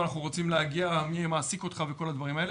אנחנו רוצים להגיע למי מעסיק אותך וכל הדברים האלה.